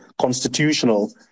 constitutional